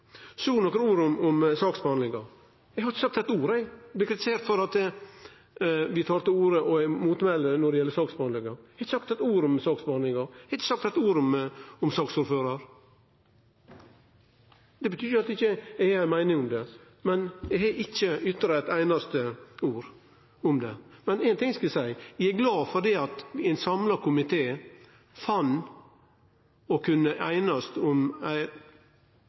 ord om saksbehandlinga. Eg har ikkje sagt eitt ord, eg, men blir kritisert for at eg tar til motmæle mot saksbehandlinga. Eg har ikkje sagt eitt ord om saksbehandlinga. Eg har ikkje sagt eitt ord om saksordførar. Det betyr ikkje at eg ikkje har ei meining om det, men eg har ikkje ytra eit einaste ord om det. Men ein ting skal eg seie: Eg er glad for at ein samla komité fann å kunne einast om